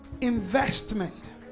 investment